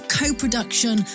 co-production